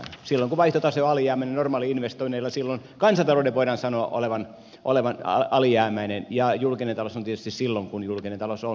silloin kun vaihtotase on alijäämäinen normaali investoinneilla silloin kansantalouden voidaan sanoa olevan alijäämäinen ja julkinen talous on tietysti silloin kun julkinen talous on